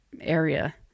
area